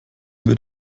wird